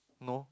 no